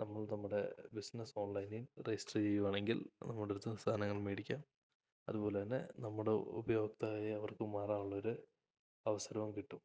നമ്മൾ നമ്മുടെ ബിസിനസ് ഓൺലൈനിൽ രജിസ്റ്റര് ചെയ്യുകയാണെങ്കിൽ നമ്മുടെ അടുത്തുനിന്നു സാധനങ്ങൾ മേടിക്കാം അതുപോലെന്നെ നമ്മുടെ ഉപയോക്തായി അവർക്ക് മാറാനുള്ളൊരു അവസരവും കിട്ടും